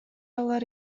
алар